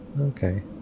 Okay